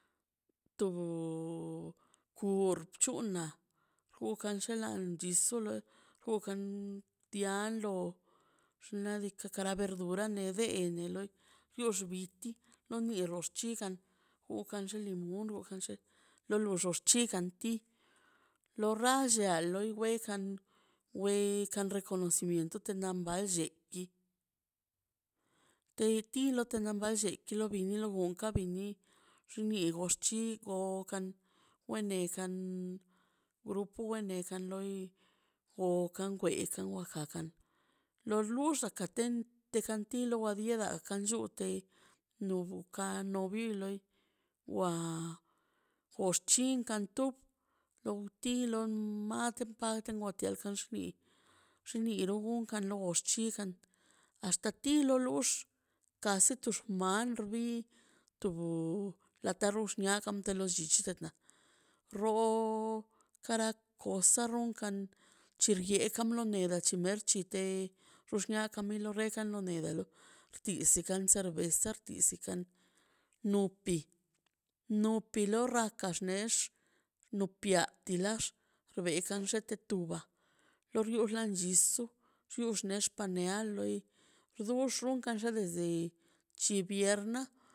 To purchuna chela sin su gugan tialo xna' diika' kara verdura nede lo loi yo xbiti nox bira chigan duka duxin ana el momento bueno pues xin ladika xi xid kana niaban porque por lo mismo la kabina antigua binkan na escuela xega duxax bin na historia kata llichi na lai historia ti de riolaw chi de tio la xti kwalan nelo xinladikan no anterior kanlakan binkan lo chala nax run ukan u kaxi ka billichi lato tanto diskwale la no dilla maguen tiw cha par lo par chean ttika gazan tika golen tiskwele dina lina di lox lena bichuero tuba lo ruegan sbill su xux pane na loi xu xunkan desde chi viern